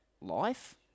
life